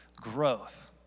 growth